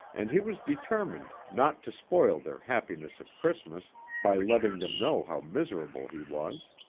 and he was determined not to spoil their happiness at christmas by letting them know how miserable he was.